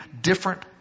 different